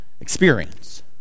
experience